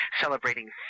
celebrating